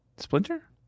Splinter